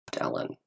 Ellen